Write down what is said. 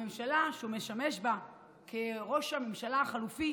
הממשלה שהוא משמש בה כראש הממשלה החלופי